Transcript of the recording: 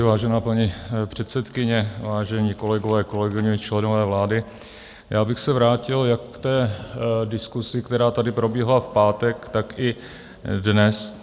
Vážená paní předsedkyně, vážení kolegové, kolegyně, členové vlády, já bych se vrátil jak k té diskusi, která tady probíhala v pátek, tak i dnes.